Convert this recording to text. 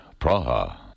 Praha